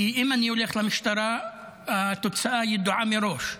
כי אם אני הולך למשטרה התוצאה ידועה מראש.